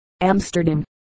Amsterdam